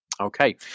Okay